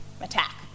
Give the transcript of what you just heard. attack